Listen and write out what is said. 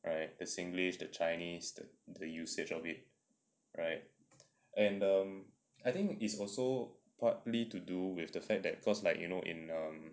right the singlish the chinese the the usage of it right and um I think is also partly to do with the fact that cause like you know in um